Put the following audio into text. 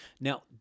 Now